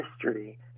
history